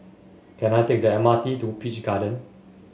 can I take the M R T to Peach Garden